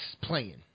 playing